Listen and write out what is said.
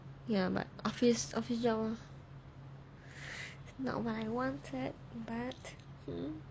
ya but office official [one] not what I wanted but hmm